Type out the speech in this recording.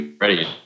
ready